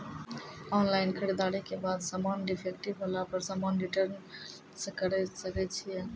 Online खरीददारी के बाद समान डिफेक्टिव होला पर समान रिटर्न्स करे सकय छियै?